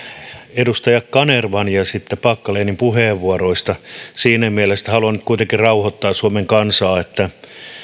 edustaja kanervan ja edustaja packalenin puheenvuoroista siinä mielessä että haluan nyt kuitenkin rauhoittaa suomen kansaa että